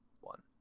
one